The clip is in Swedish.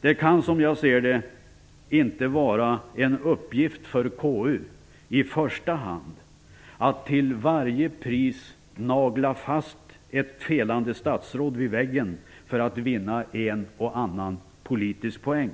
Det kan som jag ser det inte vara en uppgift för KU i första hand att till varje pris nagla fast ett felande statsråd vid väggen för att vinna en och annan politisk poäng.